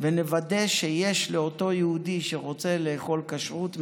ונוודא שאותו יהודי שרוצה לאכול כשרות מסוימת,